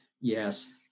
yes